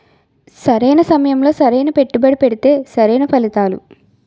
సరైన సమయంలో సరైన పెట్టుబడి పెడితే సరైన ఫలితాలు